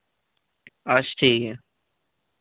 अच्छा ठीक ऐ